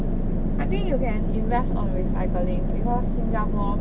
I think you can invest on recycling because 新加坡